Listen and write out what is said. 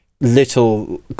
little